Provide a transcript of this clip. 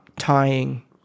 tying